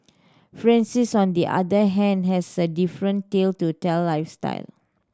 Francis on the other hand has a different tale to tell lifestyle